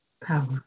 power